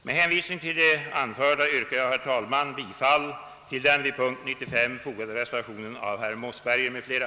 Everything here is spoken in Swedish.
Med hänsyn till det anförda yrkar jag, herr talman, bifall till den vid punkten 95 fogade reservationen av herr Mossberger m.fl.